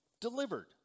delivered